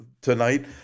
tonight